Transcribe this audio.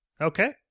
Okay